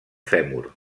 fèmur